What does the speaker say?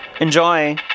Enjoy